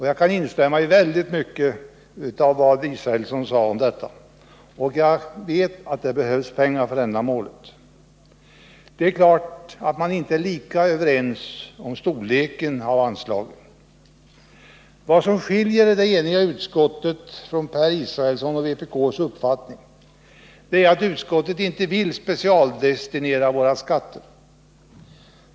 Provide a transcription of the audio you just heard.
Jag kan instämma i väldigt mycket av vad herr Israelsson sade och vet också att det behövs pengar för ändamålet. Det är klart att vi inte är lika överens om anslagens storlek. Vad som skiljer det eniga utskottet från Per Israelssons och vpk:s uppfattning är att utskottet inte vill specialdestinera våra skatter.